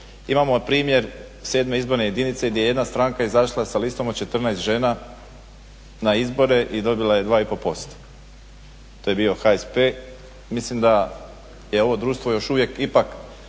Imamo primjer sedme izborne jedinice gdje je jedna stranka izašla sa listom od 14 žena na izbore i dobila je 2 i pol posto. To je bio HSP. Mislim da je ovo društvo još uvijek ipak